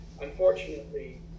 unfortunately